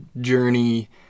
journey